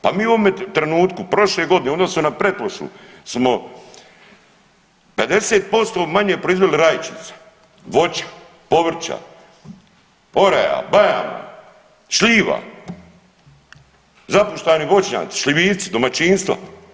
Pa mi u ovome trenutku prošle godine u odnosu na pretprošlu smo 50% manje proizveli rajčica, voća, povrća, oraja, bajama, šljiva, zapušteni voćnjaci, šljivici, domaćinstva.